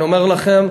אני אומר לכם,